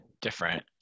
different